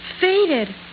faded